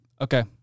okay